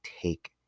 take